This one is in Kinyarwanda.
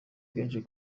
kenshi